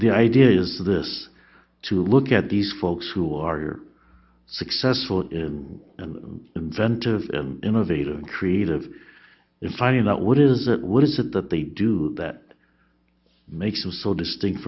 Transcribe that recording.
the idea is this to look at these folks who are successful and inventive and innovative and creative in finding out what is that what is it that they do that makes them so distinct